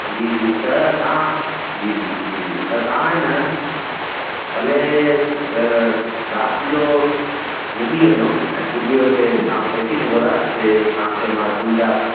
जी जी त तव्हां जी जी जी जी त तहां आहे न भले राति जो निकिरी वञो ऐं सुबुह हिते तव्हां पहुंची सघो था हिते तव्हांखे मां सुविधा